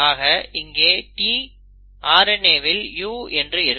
ஆக இங்கே உள்ள T RNA வில் U என இருக்கும்